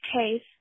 case